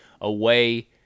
away